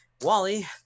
Wally